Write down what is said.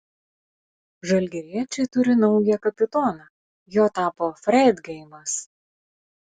žalgiriečiai turi naują kapitoną juo tapo freidgeimas